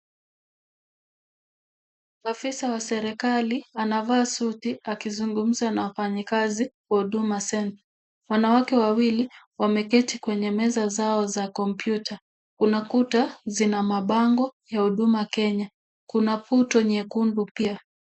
Afisa wa serekali anavaa suti akisungumza na wafanyi kazi wa huduma center . Wanawake wawili wameketi kwenye meza zao za computer unakuta zina mabango ya huduma kenya kuna puto nyekundu pia.